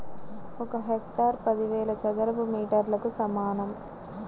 ఒక హెక్టారు పదివేల చదరపు మీటర్లకు సమానం